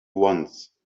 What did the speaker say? once